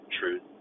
truth